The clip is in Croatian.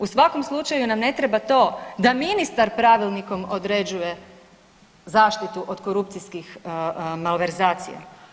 U svakom slučaju nam ne treba to da ministar pravilnikom određuje zaštitu od korupcijskim malverzacija.